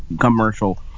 commercial